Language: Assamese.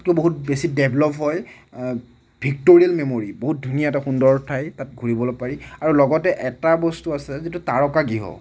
কৈ বহুত বেছি ডেভলপ হয় ভিক্টৰিয়েল মেমৰি বহুত ধুনীয়া এটা সুন্দৰ ঠাই তাত ঘূৰিবলৈ পাৰি আৰু লগতে এটা বস্তু আছে যিটো তাৰকা গৃহ